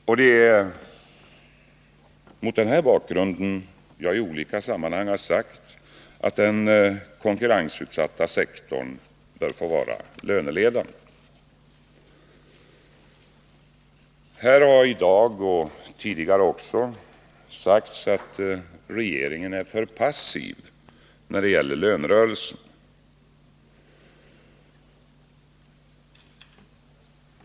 Och det är mot den bakgrunden som jag i olika sammanhang har sagt att den konkurrensutsatta sektorn bör få vara löneledande. Här har i dag, och även tidigare, sagts att regeringen är för passiv när det gäller lönerörelsen.